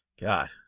God